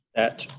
that